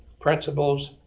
principles,